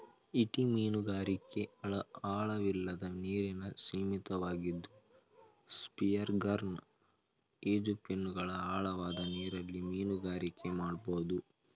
ಈಟಿ ಮೀನುಗಾರಿಕೆ ಆಳವಿಲ್ಲದ ನೀರಿಗೆ ಸೀಮಿತವಾಗಿದ್ದು ಸ್ಪಿಯರ್ಗನ್ ಈಜುಫಿನ್ಗಳು ಆಳವಾದ ನೀರಲ್ಲಿ ಮೀನುಗಾರಿಕೆ ಮಾಡ್ಬೋದು